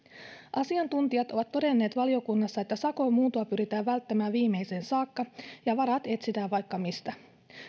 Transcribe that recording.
asiantuntijat ovat todenneet valiokunnassa että sakon muuntoa pyritään välttämään viimeiseen saakka ja varat etsitään vaikka mistä